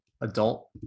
adult